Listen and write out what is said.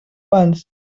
fans